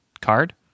card